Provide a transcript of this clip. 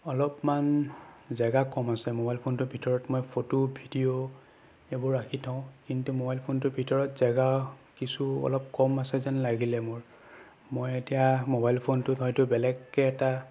অলপমান জেগা কম আছে মোবাইল ফোনটোৰ ভিতৰত মই ফটো ভিডিঅ' সেইবোৰ ৰাখি থওঁ কিন্তু মোবাইল ফোনটোৰ ভিতৰত জেগা কিছু অলপ কম আছে যেন লাগিলে মোৰ মই এতিয়া মোবাইল ফোনটোত হয়তো বেলেগকে এটা